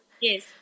Yes